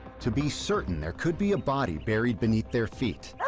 to be certain there could be a body buried beneath their feet.